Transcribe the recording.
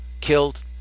killed